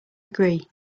agree